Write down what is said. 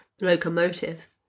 locomotive